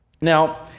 Now